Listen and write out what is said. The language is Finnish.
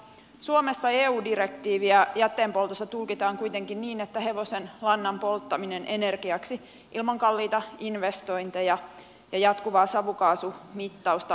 suomessa eu direktiiviä jätteenpoltosta tulkitaan kuitenkin niin että hevosenlannan polttaminen energiaksi ilman kalliita investointeja ja jatkuvaa savukaasumittausta on kielletty